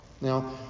Now